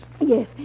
Yes